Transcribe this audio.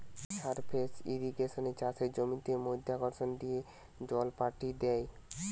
surface ইর্রিগেশনে চাষের জমিতে মাধ্যাকর্ষণ দিয়ে জল পাঠি দ্যায়